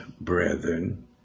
brethren